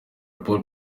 paul